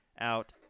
out